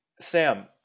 Sam